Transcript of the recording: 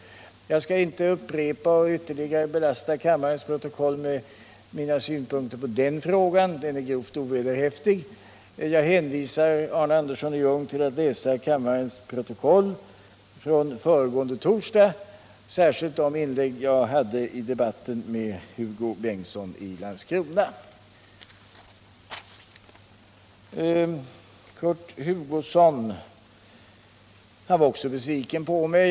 Jag skall inte upprepa och ytterligare belasta kammarens protokoll med mina synpunkter på den frågan. Hans påstående är grovt ovederhäftigt. Jag hänvisar Arne Andersson i Ljung till att läsa kammarens protokoll från föregående torsdag, särskilt då de inlägg jag hade i debatten med Hugo Bengtsson i Landskrona. Kurt Hugosson var också besviken på mig.